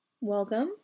welcome